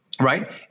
right